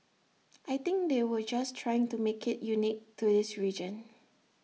I think they were just trying to make IT unique to his region